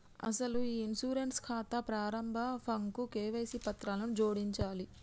అసలు ఈ ఇన్సూరెన్స్ ఖాతా ప్రారంభ ఫాంకు కేవైసీ పత్రాలను జోడించాలి